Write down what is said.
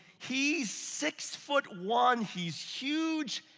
he is six foot one, he's huge,